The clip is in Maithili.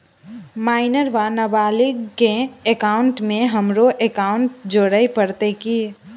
माइनर वा नबालिग केँ एकाउंटमे हमरो एकाउन्ट जोड़य पड़त की?